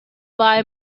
buy